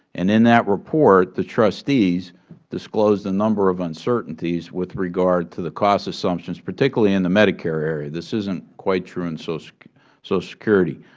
and in that report the trustees disclosed a number of uncertainties with regard to the cost assumptions, particularly in the medicare area this isn't quite true in social so security.